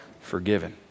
forgiven